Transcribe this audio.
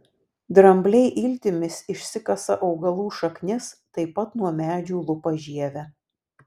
drambliai iltimis išsikasa augalų šaknis taip pat nuo medžių lupa žievę